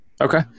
okay